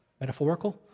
Metaphorical